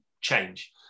change